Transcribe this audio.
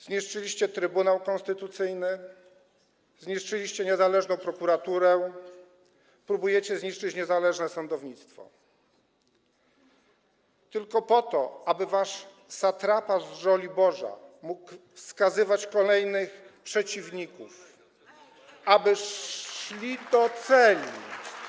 Zniszczyliście Trybunał Konstytucyjny, zniszczyliście niezależną prokuraturę, próbujecie zniszczyć niezależne sądownictwo tylko po to, aby wasz satrapa z Żoliborza mógł wskazywać kolejnych przeciwników, aby szli do celi.